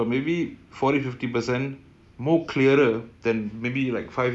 okay that's bullshit but let's not go through that okay